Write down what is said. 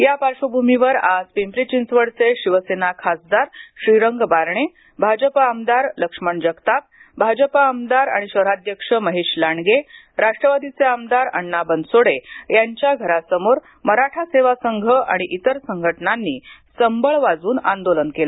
या पार्श्वभूमीवर आज पिंपरी चिंचवडचे शिवसेना खासदार श्रीरंग बारणे भाजपा आमदार लक्ष्मण जगताप भाजपा आमदार आणि शहराध्यक्ष महेश लांडगे राष्ट्रवादीचे आमदार अण्णा बनसोडे यांच्या घरासमोर मराठा सेवा संघ आणि इतर संघटनांनी संभळ वाजवून आंदोलन केलं